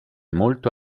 molto